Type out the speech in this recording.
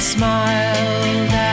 smiled